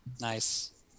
Nice